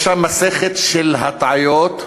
יש שם מסכת של הטעיות,